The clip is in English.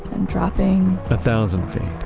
and dropping a thousand feet,